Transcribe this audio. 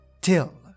till